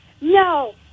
No